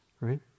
right